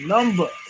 Number